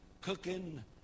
cooking